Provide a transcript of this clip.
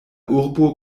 urbo